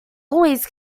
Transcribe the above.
always